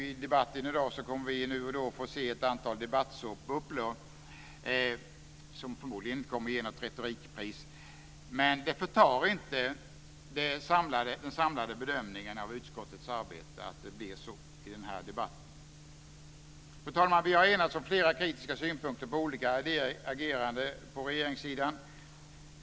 I debatten i dag kommer vi nog att få se ett antal debattsåpbubblor, som förmodligen inte kommer att få något retorikpris. Men detta förtar inte den samlade bedömningen av utskottets arbete att det blir så i debatten. Fru talman! Vi har enats om flera kritiska synpunkter på olika ageranden på regeringssidan.